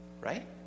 right